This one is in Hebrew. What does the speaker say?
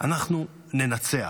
אנחנו ננצח.